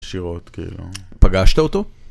שירות כאילו. פגשת אותו?